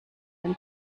den